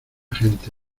gente